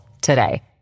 today